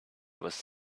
was